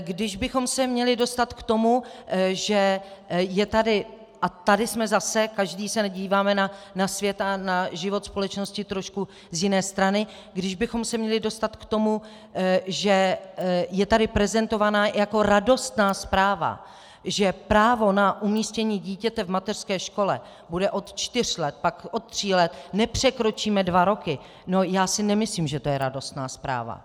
Kdybychom se měli dostat k tomu, že je tady, a tady jsme zase, každý se nedíváme na svět a na život společnosti trošku z jiné strany, kdybychom se měli dostat k tomu, že je tady prezentovaná jako radostná zpráva, že právo na umístění dítěte v mateřské škole bude od čtyř let, pak od tří let, nepřekročíme dva roky, tak já si nemyslím, že to je radostná zpráva.